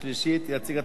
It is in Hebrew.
תציג את הצעת החוק